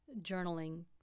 journaling